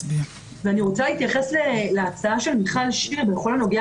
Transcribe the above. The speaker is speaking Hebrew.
ואני רוצה להתייחס להצעה של מיכל שיר בכל הנוגע